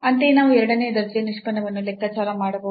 ಅಂತೆಯೇ ನಾವು ಎರಡನೇ ದರ್ಜೆಯ ನಿಷ್ಪನ್ನವನ್ನು ಲೆಕ್ಕಾಚಾರ ಮಾಡಬಹುದು